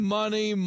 money